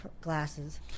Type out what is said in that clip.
glasses